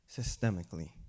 systemically